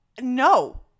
no